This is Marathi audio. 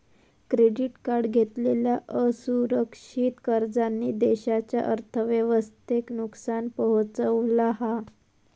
क्रेडीट कार्ड घेतलेल्या असुरक्षित कर्जांनी देशाच्या अर्थव्यवस्थेक नुकसान पोहचवला हा